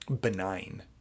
benign